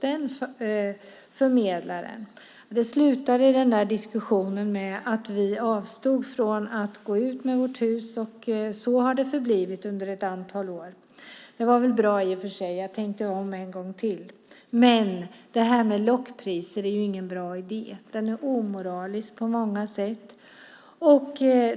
Den diskussionen slutade med att vi avstod från att gå ut med vårt hus, och så har det förblivit under ett antal år. Det var väl bra i och för sig - jag tänkte om en gång till. Men lockpriser är ingen bra idé. Det är omoraliskt på många sätt.